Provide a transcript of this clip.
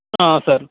sir